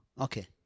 Okay